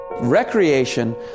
Recreation